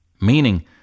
Meaning